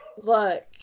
look